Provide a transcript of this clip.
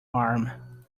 arm